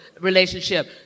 relationship